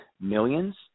millions